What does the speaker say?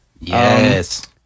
Yes